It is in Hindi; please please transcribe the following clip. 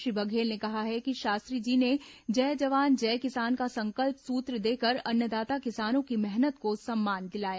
श्री बघेल ने कहा है कि शास्त्री जी ने जय जवान जय किसान का संकल्प सूत्र देकर अन्नदाता किसानों की मेहनत को सम्मान दिलाया